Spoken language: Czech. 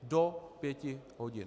Do pěti hodin!